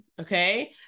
okay